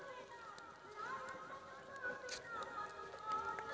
हम कीट के पहचान कोना करब?